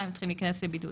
הם צריכים להיכנס לבידוד.